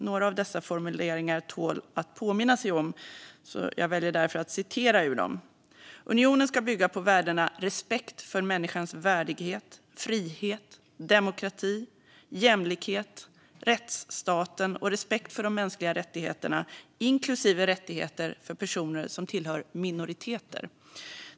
Några av dessa formuleringar tål att påminnas om, och jag väljer därför att citera dem: "Unionen ska bygga på värdena respekt för människans värdighet, frihet, demokrati, jämlikhet, rättsstaten och respekt för de mänskliga rättigheterna, inklusive rättigheter för personer som tillhör minoriteter.